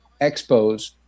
expos